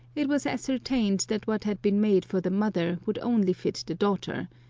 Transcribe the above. it was ascertained that what had been made for the mother would only fit the daughter,